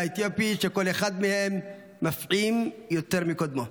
האתיופית שכל אחד מהם מפעים יותר מקודמו.